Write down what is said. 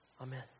Amen